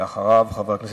חבר הכנסת איתן כבל.